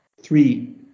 three